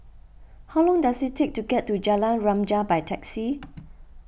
how long does it take to get to Jalan Remaja by taxi